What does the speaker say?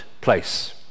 place